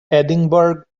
edinburgh